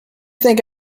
think